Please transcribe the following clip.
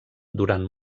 durant